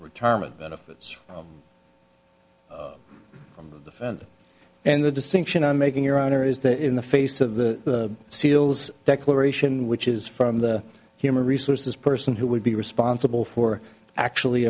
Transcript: retirement benefits and the distinction i'm making your honor is that in the face of the seals declaration which is from the human resources person who would be responsible for actually